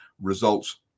results